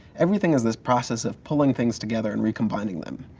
everything has this process of pulling things together and re-combining them.